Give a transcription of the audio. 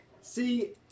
See